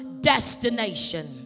destination